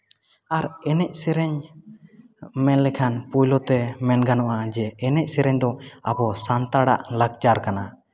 ᱟᱨ ᱮᱱᱮᱡ ᱥᱮᱨᱮᱧ ᱢᱮᱱ ᱞᱮᱠᱷᱟᱱ ᱯᱳᱭᱞᱳᱛᱮ ᱢᱮᱱ ᱜᱟᱱᱚᱜᱼᱟ ᱡᱮ ᱮᱱᱮᱡ ᱥᱮᱨᱮᱧ ᱫᱚ ᱟᱵᱚ ᱥᱟᱱᱛᱟᱲᱟᱜ ᱞᱟᱠᱪᱟᱨ ᱠᱟᱱᱟ